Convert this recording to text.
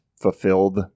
fulfilled